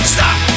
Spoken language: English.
Stop